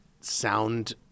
sound